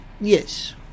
yes